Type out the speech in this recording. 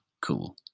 Cool